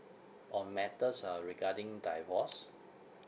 on matters uh regarding divorce